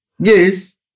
yes